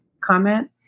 comment